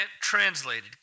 translated